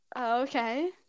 Okay